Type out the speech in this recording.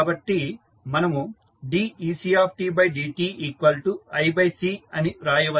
కాబట్టి మనము decdtiC అని రాయవచ్చు